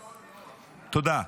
תודה.